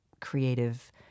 creative